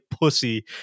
pussy